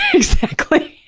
exactly.